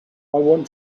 want